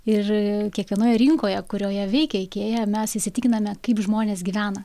ir kiekvienoje rinkoje kurioje veikia ikėja mes įsitikiname kaip žmonės gyvena